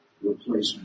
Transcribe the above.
replacement